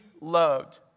loved